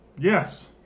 yes